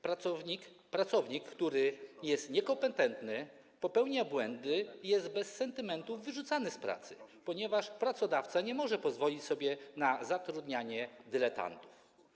Pracownik, który jest niekompetentny, popełnia błędy, jest bez sentymentu wyrzucany z pracy, ponieważ pracodawca nie może pozwolić sobie na zatrudnianie dyletantów.